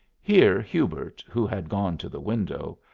here hubert, who had gone to the window,